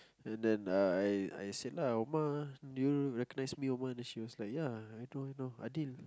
and then uh I I said lah omma do you recognize me omma then she was like ya I do you know Adil